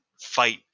fight